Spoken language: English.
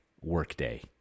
Workday